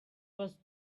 was